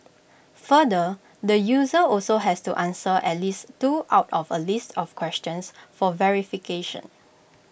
further the user also has to answer at least two out of A list of questions for verification